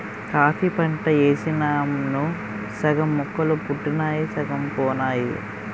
coffee పంట యేసినాను సగం మొక్కలు పుట్టినయ్ సగం పోనాయి